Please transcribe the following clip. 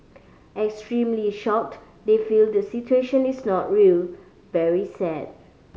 extremely shocked they feel the situation is not real very sad